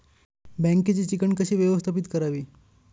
बँकेची चिकण कशी व्यवस्थापित करावी?